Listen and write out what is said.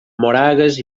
moragues